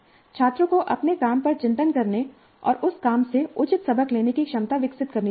छात्रों को अपने काम पर चिंतन करने और उस काम से उचित सबक लेने की क्षमता विकसित करनी चाहिए